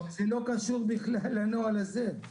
אבל זה לא קשור בכלל לנוהל הזה.